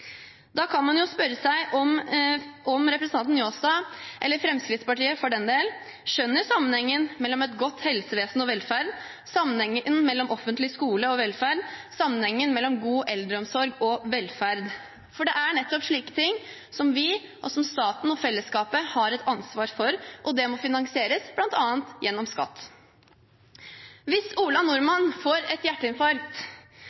Da kan man jo spørre seg om representanten Njåstad, eller Fremskrittspartiet for den del, skjønner sammenhengen mellom et godt helsevesen og velferd, sammenhengen mellom offentlig skole og velferd, sammenhengen mellom god eldreomsorg og velferd. For det er nettopp slike ting som vi, staten og fellesskapet, har et ansvar for, og det må finansieres, bl.a. gjennom skatt. Hvis Ola